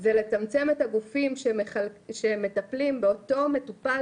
זה לצמצם את הגופים שמטפלים באותו מטופל,